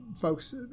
folks